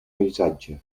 paisatge